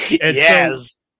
yes